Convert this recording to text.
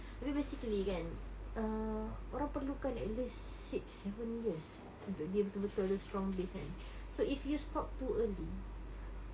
tapi basically kan err orang perlukan at least six seven years untuk dia betul-betul ada strong base kan so if you stop too early